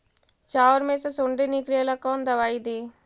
चाउर में से सुंडी निकले ला कौन दवाई दी?